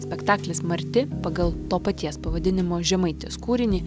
spektaklis marti pagal to paties pavadinimo žemaitės kūrinį